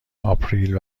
آپریل